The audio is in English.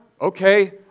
okay